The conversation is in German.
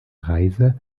reise